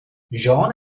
jeanne